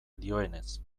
dioenez